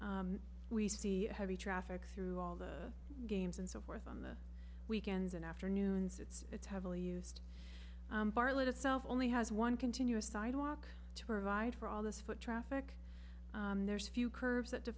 there we see heavy traffic through all the games and so forth on the weekends and afternoons it's heavily used barlett itself only has one continuous sidewalk to provide for all this foot traffic there's few curves that